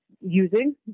using